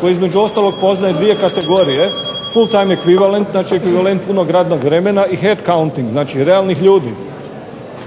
koji između ostalog poznaje dvije kategorije .../Govornik se ne razumije./... punog radnog vremena i head counting. Znači realnih ljudi.